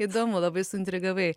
įdomu labai suintrigavai